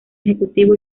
ejecutivo